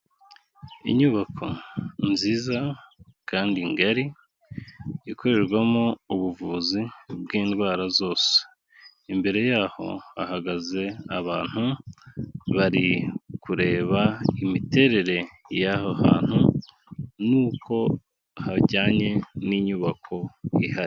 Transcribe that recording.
Inyubako nziza kandi ngari, ikorerwamo ubuvuzi bw'indwara zose. Imbere yaho hahagaze abantu, bari kureba imiterere y'aho hantu n'uko hajyanye n'inyubako ihari.